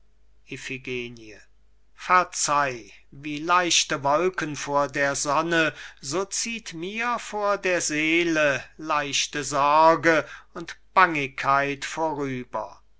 verzeih wie leichte wolken vor der sonne so zieht mir vor der seele leichte sorge und bangigkeit vorüber